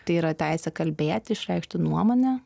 tai yra teisę kalbėti išreikšti nuomonę